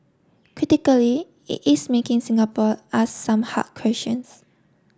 critically it is making Singapore ask some hard questions